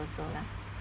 also lah